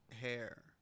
hair